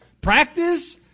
practice